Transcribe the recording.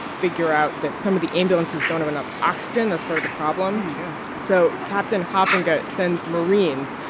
figure out that some of the ambulances don't have enough oxygen. that's part of the problem oh, my gosh so captain hofinga sends marines.